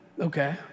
Okay